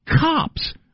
Cops